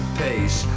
pace